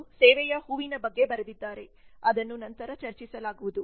Lovelock ಅವರು ಸೇವೆಯ ಹೂವಿನ ಬಗ್ಗೆ ಬರೆದಿದ್ದಾರೆ ಅದನ್ನು ನಂತರ ಚರ್ಚಿಸಲಾಗುವುದು